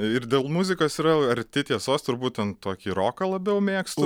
ir dėl muzikos yra arti tiesos turbūt ten tokį roką labiau mėgstu